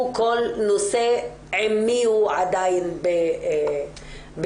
עומד כל נושא ועם מי הוא עדין במחלוקת.